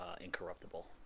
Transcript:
Incorruptible